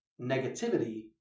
negativity